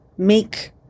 Make